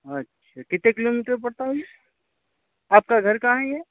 اچھا کتنے kilometre پڑتا ہے یہ آپ کا گھر کہاں ہے یہ